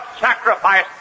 sacrifice